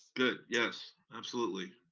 good, yes, absolutely.